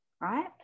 right